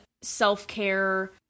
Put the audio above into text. self-care